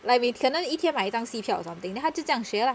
你可能一天买一张戏票 or something then 他就这样学 lah